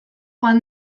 joan